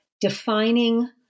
defining